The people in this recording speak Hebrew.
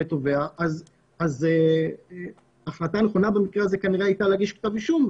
תובע אז ההחלטה הנכונה במקרה הזה כנראה הייתה להגיש כתב אישום,